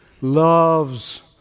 loves